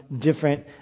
different